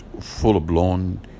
full-blown